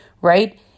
right